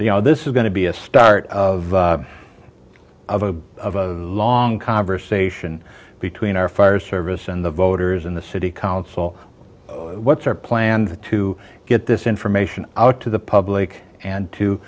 you know this is going to be a start of a long conversation between our fire service and the voters in the city council what's our plan to get this information out to the public and to